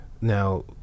now